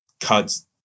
cuts